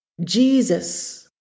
Jesus